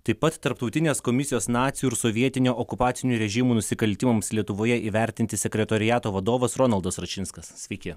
taip pat tarptautinės komisijos nacių ir sovietinio okupacinių režimų nusikaltimams lietuvoje įvertinti sekretoriato vadovas ronaldas račinskas sveiki